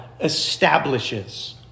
establishes